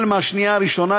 מהשנייה הראשונה,